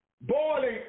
boiling